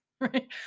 right